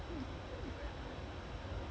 I think இன்னைக்கி வேண்டி:innaikki vendi start I think